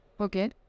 Okay